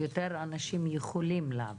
יותר אנשים יכולים לעבוד.